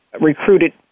recruited